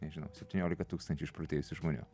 nežinau septyniolika tūkstančių išprotėjusių žmonių